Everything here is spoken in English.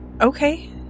Okay